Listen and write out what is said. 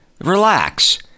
relax